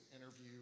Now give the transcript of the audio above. interview